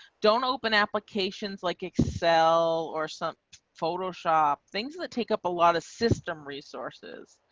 don't open applications like excel or some photoshop things that take up a lot of system resources,